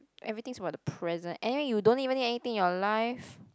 everything is about the present anyway you don't even need anything in your life